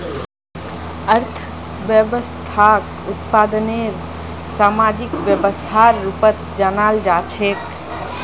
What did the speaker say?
अर्थव्यवस्थाक उत्पादनेर सामाजिक व्यवस्थार रूपत जानाल जा छेक